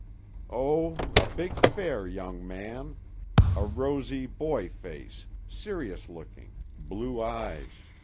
oh, a big, fair young man a rosy boy-face, serious-looking, blue eyes.